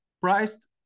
Priced